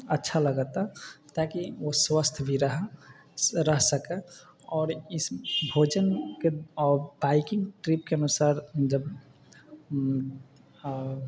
अच्छा लगता ताकी ओ स्वस्थ भी रह सकए आओर इसलिए भोजन के ओ बाइकिंग ट्रिप के अनुसार जब